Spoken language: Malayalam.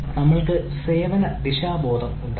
നമ്മൾക്ക് സേവന ദിശാബോധം ഉണ്ടായിരിക്കണം